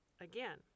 again